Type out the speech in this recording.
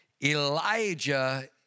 Elijah